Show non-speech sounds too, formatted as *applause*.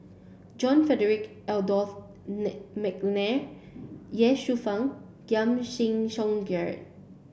John Frederick Adolphus *unintelligible* McNair Ye Shufang Giam *unintelligible* Song Gerald